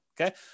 Okay